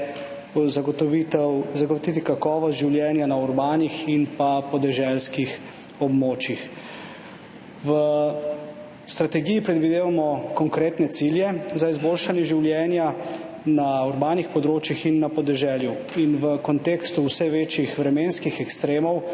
petih je zagotoviti kakovost življenja na urbanih in pa podeželskih območjih. V strategiji predvidevamo konkretne cilje za izboljšanje življenja na urbanih področjih in na podeželju. In v kontekstu vse večjih vremenskih ekstremov